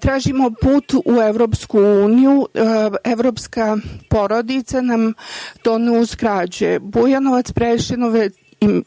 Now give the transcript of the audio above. tražimo put u EU. Evropska porodica nam to uskraćuje. Bujanovac, Preševo i